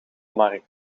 markt